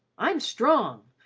i'm strong.